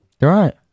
Right